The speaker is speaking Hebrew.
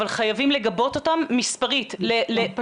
אבל חייבים לגבות אותם מספרית,